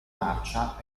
marcia